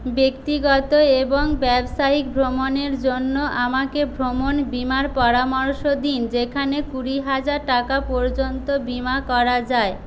ব্যক্তিগত এবং ব্যবসায়িক ভ্রমণের জন্য আমাকে ভ্রমণ বীমার পরামর্শ দিন যেখানে কুড়ি হাজার টাকা পর্যন্ত বিমা করা যায়